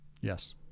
Yes